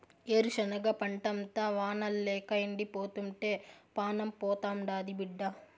ఏరుశనగ పంటంతా వానల్లేక ఎండిపోతుంటే పానం పోతాండాది బిడ్డా